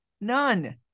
None